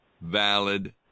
Valid